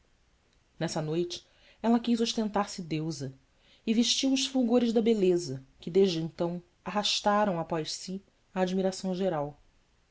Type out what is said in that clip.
nessa noite ela quis ostentar se deusa e vestiu os fulgores da beleza que desde então arrastaram após si a admiração geral